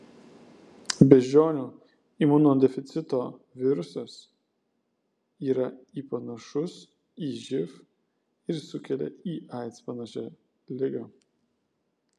beždžionių imunodeficito virusas yra į panašus į živ ir sukelia į aids panašią ligą